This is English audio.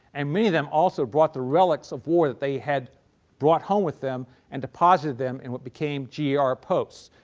and many of them also brought their relics of war that they had brought home with them and deposited them in what became gar posts.